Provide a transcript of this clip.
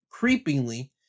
creepingly